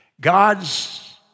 God's